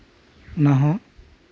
ᱚᱱᱟᱦᱚᱸ